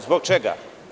Zbog čega?